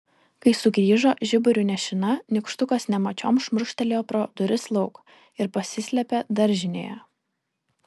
kai sugrįžo žiburiu nešina nykštukas nemačiom šmurkštelėjo pro duris lauk ir pasislėpė daržinėje